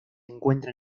encuentran